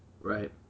Right